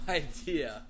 idea